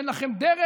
אין לכם דרך.